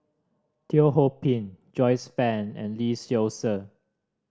Teo Ho Pin Joyce Fan and Lee Seow Ser